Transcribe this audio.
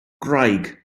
gwraig